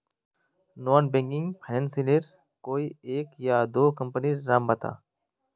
Non banking financial लेर कोई एक या दो कंपनी नीर नाम बता?